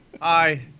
Hi